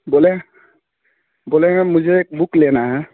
बोलें बोलेंगे मुझे एक बुक लेना है